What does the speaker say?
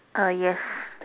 err yes